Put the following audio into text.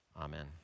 amen